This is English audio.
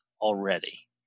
already